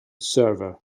server